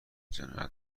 جنایت